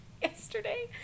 yesterday